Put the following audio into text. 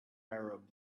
arab